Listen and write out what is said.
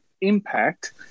impact